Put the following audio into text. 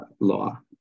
law